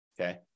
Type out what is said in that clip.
okay